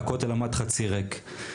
הכותל עמד חצי ריק.